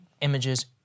images